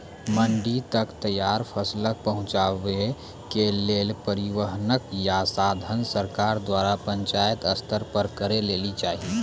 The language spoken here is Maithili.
मंडी तक तैयार फसलक पहुँचावे के लेल परिवहनक या साधन सरकार द्वारा पंचायत स्तर पर करै लेली चाही?